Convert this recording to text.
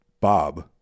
Bob